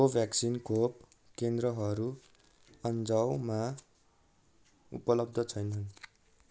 कोभ्याक्सिन खोप केन्द्रहरू अन्जावमा उपलब्ध छैनन्